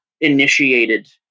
initiated